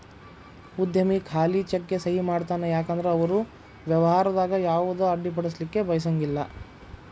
ಉದ್ಯಮಿ ಖಾಲಿ ಚೆಕ್ಗೆ ಸಹಿ ಮಾಡತಾನ ಯಾಕಂದ್ರ ಅವರು ವ್ಯವಹಾರದಾಗ ಯಾವುದ ಅಡ್ಡಿಪಡಿಸಲಿಕ್ಕೆ ಬಯಸಂಗಿಲ್ಲಾ